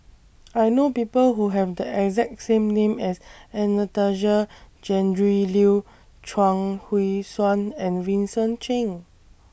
I know People Who Have The exact same name as Anastasia Tjendri Liew Chuang Hui Tsuan and Vincent Cheng